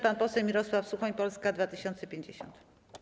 Pan poseł Mirosław Suchoń, Polska 2050.